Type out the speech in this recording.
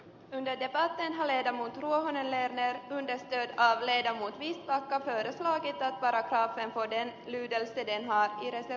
veneiden ja ryhmälle emun tuominen lerner on ettei alalle ja muut viittaa veden tilaajille väärä lernerin tekemää perusteltua muutosesitystä